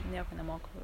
nieko nemoku